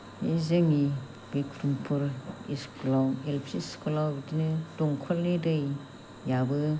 बे जोंनि बिक्रमपुर स्कुलाव एल पि स्कुलाव बिदिनो दंखलनि दैयाबो